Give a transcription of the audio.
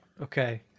okay